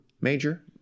major